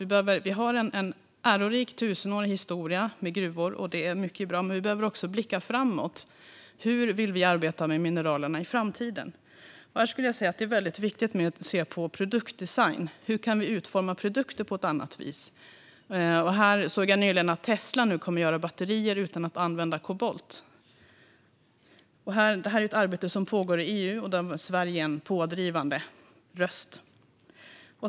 Vi har en ärorik tusenårig historia med gruvor, vilket är mycket bra, men vi behöver också blicka framåt: Hur vill vi arbeta med mineralerna i framtiden? Här skulle jag vilja säga att det är viktigt att se på produktdesign: Hur kan vi utforma produkter på ett annat vis? Jag såg nyligen att Tesla nu kommer att göra batterier utan att använda kobolt. Detta är ett arbete som pågår i EU och där Sverige är en pådrivande röst.